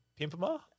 Pimpama